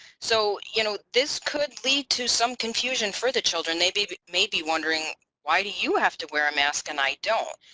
so you know this could lead to some confusion for the children maybe maybe wondering why do you have to wear a mask and i don't.